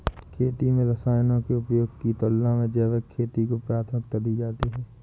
खेती में रसायनों के उपयोग की तुलना में जैविक खेती को प्राथमिकता दी जाती है